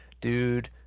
Dude